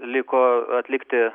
liko atlikti